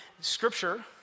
Scripture